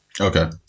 Okay